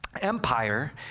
Empire